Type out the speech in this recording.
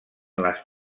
les